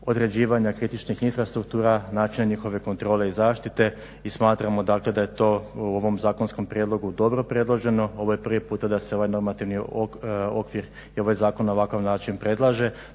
određivanja kritičnih infrastruktura, značenje njihove kontrole i zaštite. I smatramo dakle da je to u ovom zakonskom prijedlogu dobro preloženo. Ovo je prvi puta da se ovaj normativni okvir i ovaj zakon na ovakav način predlaže,